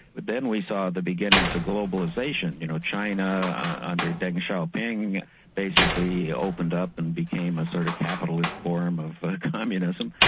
but then we saw the beginnings of globalisation you know, china under deng xiaoping basically opened up and became a sort of capitalist form of communism,